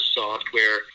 software